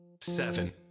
seven